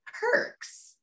perks